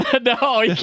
No